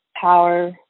power